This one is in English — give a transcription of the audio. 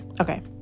Okay